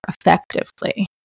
effectively